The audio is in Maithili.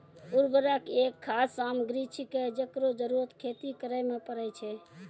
उर्वरक एक खाद सामग्री छिकै, जेकरो जरूरत खेती करै म परै छै